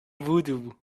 voodoo